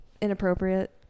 inappropriate